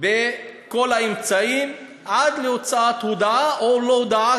בכל האמצעים עד להוצאה הודאה או לא הודאה,